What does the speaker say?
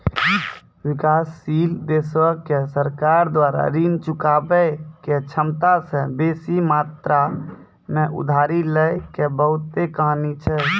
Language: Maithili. विकासशील देशो के सरकार द्वारा ऋण चुकाबै के क्षमता से बेसी मात्रा मे उधारी लै के बहुते कहानी छै